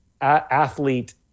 athlete